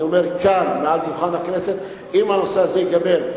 אני אומר כאן מעל דוכן הכנסת, אם הנושא הזה ייגמר,